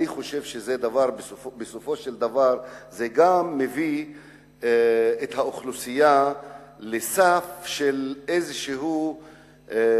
אני חושב שבסופו של דבר זה מביא את האוכלוסייה לסף של איזה עימות.